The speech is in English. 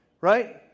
Right